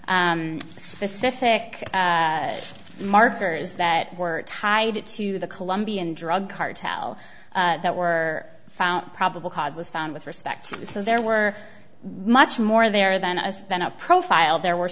with specific markers that were tied to the colombian drug cartel that were found probable cause was found with respect so there were much more there than us then a profile there were